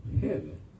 heaven